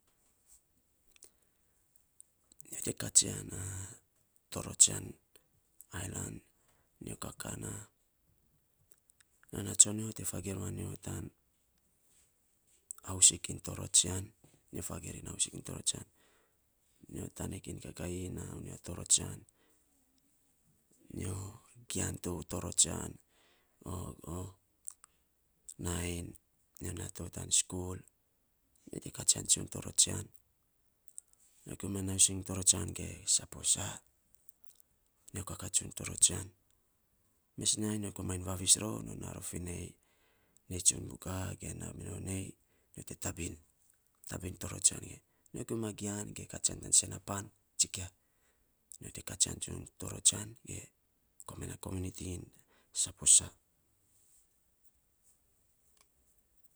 Nyo te katsian na torotsian ailan, nyo kakaa na. Nanaa tsonyo te fagiir manyo tan ausik in torotsian. Nyo fagiir in ausik in tootsian. Nyo tanik in kakaii naa una torotsian, nyo gian to torotsian nainy nyo naa to tan skul, nyo te katsian tsun torotsian, nyo gima nausing torotsian ge saposa, nyo kakaa tsun torotsian. Mes nainy nyo komainy vavis rou nyo naa ror fine, nei tsun buka, ge naa minon nei to te tabin, tabin torotsian. Nyo gima gian ge katsian tan sena pan, tsikia, nyo te katsian tsun torotsian ge koman a kominiti iny saposa.